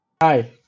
Hi